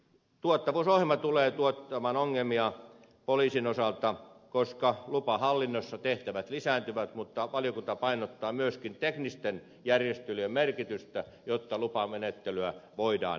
tuottavuusohjelma tulee tuottamaan ongelmia poliisin osalta koska lupahallinnossa tehtävät lisääntyvät mutta valiokunta painottaa myöskin teknisten järjestelyjen merkitystä jotta lupamenettelyä voidaan nopeuttaa